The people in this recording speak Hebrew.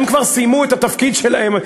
הם כבר סיימו את התפקיד שלהם,